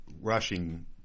rushing